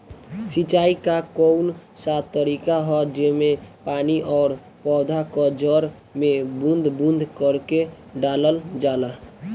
सिंचाई क कउन सा तरीका ह जेम्मे पानी और पौधा क जड़ में बूंद बूंद करके डालल जाला?